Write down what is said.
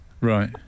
Right